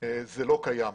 זה לא קיים.